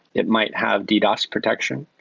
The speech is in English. it might have ddos protection.